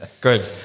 good